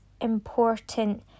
important